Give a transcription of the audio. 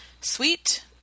sweet